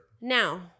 Now